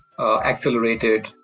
accelerated